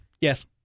Yes